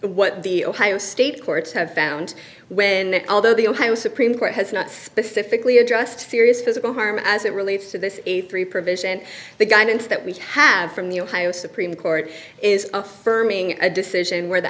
the ohio state courts have found when although the ohio supreme court has not specifically addressed serious physical harm as it relates to this a three provision the guidance that we have from the ohio supreme court is affirming a decision where the